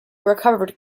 recovered